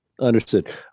understood